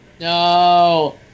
No